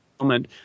moment